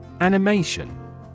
Animation